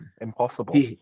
impossible